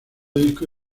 disco